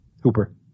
Hooper